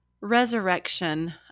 resurrection